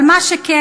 אבל מה שכן,